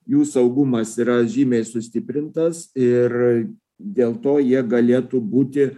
jų saugumas yra žymiai sustiprintas ir dėl to jie galėtų būti